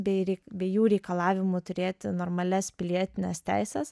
bei rei bei jų reikalavimu turėti normalias pilietines teises